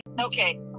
Okay